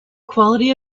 quality